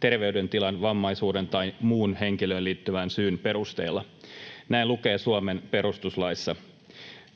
terveydentilan, vammaisuuden tai muun henkilöön liittyvän syyn perusteella.” Näin lukee Suomen perustuslaissa,